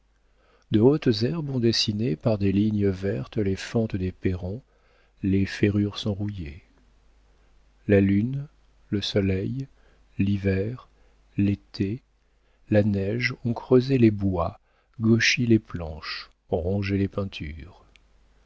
de hautes herbes ont dessiné par des lignes vertes les fentes des perrons les ferrures sont rouillées la lune le soleil l'hiver l'été la neige ont creusé les bois gauchi les planches rongé les peintures